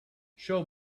show